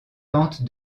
tente